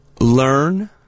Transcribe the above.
learn